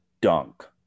dunk